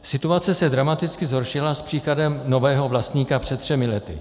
Situace se dramaticky zhoršila s příchodem nového vlastníka před třemi lety.